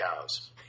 cows